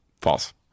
False